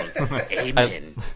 Amen